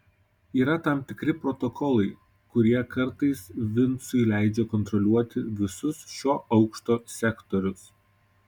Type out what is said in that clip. yra tam tikri protokolai kurie kartais vincui leidžia kontroliuoti visus šio aukšto sektorius